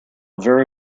very